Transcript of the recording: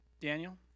Daniel